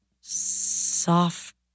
soft